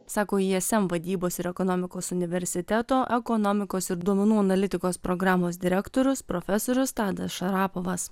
sako ism vadybos ir ekonomikos universiteto ekonomikos ir duomenų analitikos programos direktorius profesorius tadas šarapovas